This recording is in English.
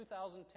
2010